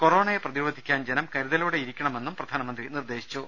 കൊറോണയെ പ്രതിരോധിക്കാൻ ജനം കരുതലോടെയിരിക്കണമെന്നും പ്രധാനമന്ത്രി നിർദ്ദേശിച്ചു